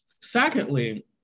Secondly